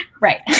right